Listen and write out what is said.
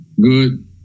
Good